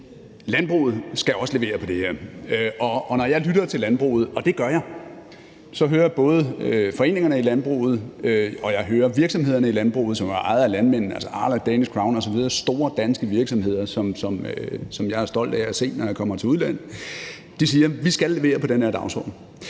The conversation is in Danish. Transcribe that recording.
Landbruget skal også levere på det her, og når jeg lytter til landbruget, og det gør jeg, så hører jeg både foreningerne i landbruget og virksomhederne i landbruget, som er ejet af landmændene, altså Arla, Danish Crown osv., store danske virksomheder, som jeg er stolt af at se, når jeg kommer til udlandet, sige: Vi skal levere på den her dagsorden.